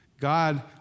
God